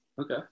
Okay